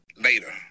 later